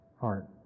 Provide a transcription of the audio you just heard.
heart